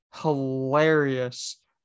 hilarious